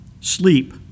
sleep